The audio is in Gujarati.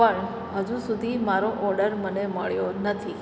પણ હજુ સુધી મારો ઓડર મને મળ્યો નથી